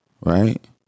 Right